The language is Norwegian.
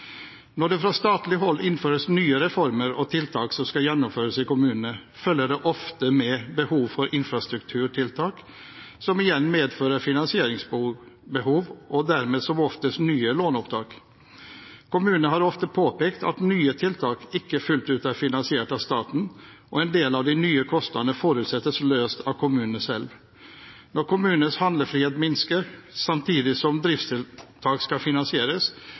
Når det fra statlig hold innføres nye reformer og tiltak som skal gjennomføres i kommunene, følger det ofte med behov for infrastrukturtiltak, som igjen medfører finansieringsbehov og dermed som oftest nye låneopptak. Kommunene har ofte påpekt at nye tiltak ikke fullt ut er finansiert av staten, og en del av de nye kostnadene forutsettes dekket av kommunene selv. Når kommunenes handlefrihet minsker, samtidig som nye driftstiltak skal finansieres,